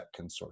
consortium